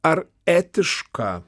ar etiška